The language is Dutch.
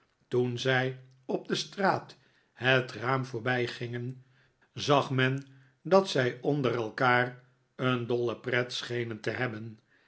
toen zij op de straat het raam voorbijgingen zag men dat zij onder elkaar een dolle pret schenen te hebben